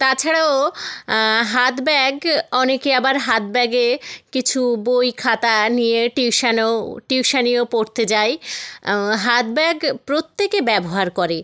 তাছাড়াও হাত ব্যাগ অনেকে আবার হাত ব্যাগে কিছু বই খাতা নিয়ে টিউশানেও টিউশনিও পড়তে যায় হাত ব্যাগ প্রত্যেকে ব্যবহার করে